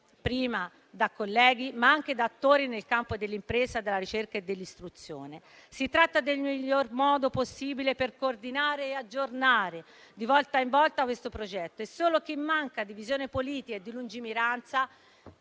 prima da colleghi, ma anche da attori nel campo dell'impresa, della ricerca e dell'istruzione. Si tratta del miglior modo possibile per coordinare e aggiornare di volta in volta questo progetto e solo chi manca di visione politica e di lungimiranza